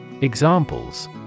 Examples